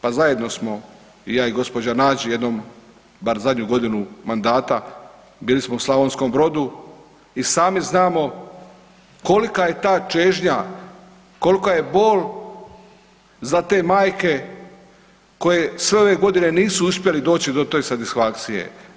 Pa zajedno samo i ja i gospođa Nađ jednom, bar zadnju godinu mandata, bili smo u Slavonskom Brodu i sami znamo kolika je ta čežnja, kolika je bol za te majke koje sve ove godine nisu uspjele doći do te satisfakcije.